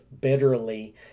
bitterly